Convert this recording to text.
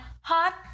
hot